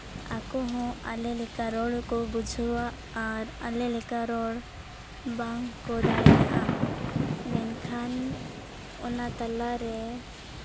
ᱟᱠᱚ ᱦᱚᱸ ᱟᱞᱮ ᱞᱮᱠᱟ ᱨᱚᱲ ᱠᱚ ᱵᱩᱡᱷᱟᱹᱣᱟ ᱟᱨ ᱟᱞᱮ ᱞᱮᱠᱟ ᱨᱚᱲ ᱵᱟᱝ ᱠᱚ ᱫᱟᱲᱮᱭᱟᱜᱼᱟ ᱢᱮᱱᱠᱷᱟᱱ ᱚᱱᱟ ᱛᱟᱞᱟ ᱨᱮ